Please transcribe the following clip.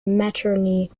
maternity